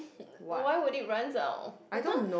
why would it runs out